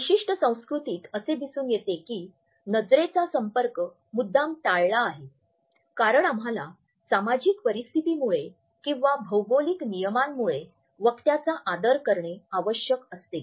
विशिष्ट संस्कृतीत असे दिसून येते की नजरेचा संपर्क मुद्दाम टाळला आहे कारण आम्हाला सामाजिक परिस्थितीमुळे किंवा भौगोलिक नियमांमुळे वक्त्याचा आदर करणे आवश्यक असते